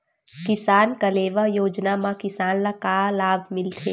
किसान कलेवा योजना म किसान ल का लाभ मिलथे?